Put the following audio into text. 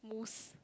mousse